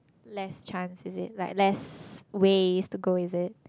less chance is it like less ways to go is it